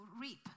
reap